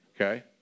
Okay